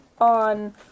on